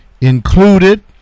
included